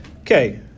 Okay